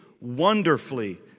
wonderfully